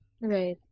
Right